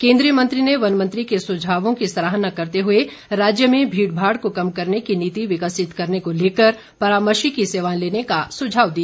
केंद्रीय मंत्री ने वन मंत्री को सुझावों की सराहना करते हुए राज्य में भीड़ भाड़ को कम करने की नीति विकसित करने को लेकर परामर्शी की सेवाएं लेने का सुझाव दिया